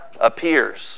appears